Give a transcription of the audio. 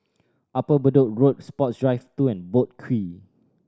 Upper Bedok Road Sports Drive Two and Boat Quay